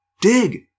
dig